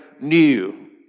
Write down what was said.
new